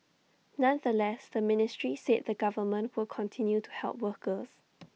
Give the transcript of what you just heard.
nonetheless the ministry said the government will continue to help workers